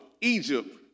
Egypt